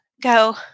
go